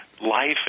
life